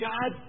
God